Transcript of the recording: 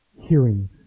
hearing